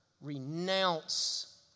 renounce